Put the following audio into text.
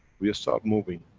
we start moving,